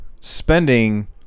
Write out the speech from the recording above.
spending